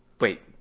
wait